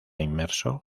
inmerso